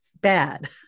bad